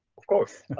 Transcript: of course.